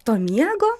to miego